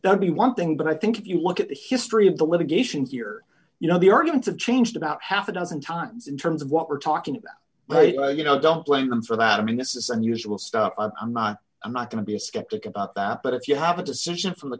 don't be one thing but i think if you look at the history of the litigation here you know the arguments of changed about half a dozen times in terms of what we're talking about you know don't blame them for that i mean this is unusual stuff i'm not i'm not going to be a skeptic about that but if you have a decision from the